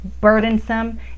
burdensome